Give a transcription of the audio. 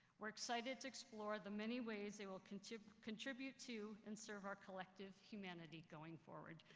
we are excited to explore the many ways they will contribute contribute to and serve our collective humanity going forward.